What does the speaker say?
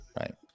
Right